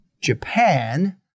Japan